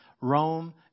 Rome